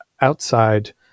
outside